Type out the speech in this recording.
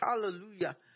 Hallelujah